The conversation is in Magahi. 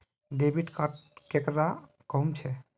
डेबिट कार्ड केकरा कहुम छे?